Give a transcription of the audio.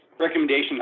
recommendation